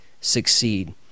succeed